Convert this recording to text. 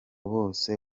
bose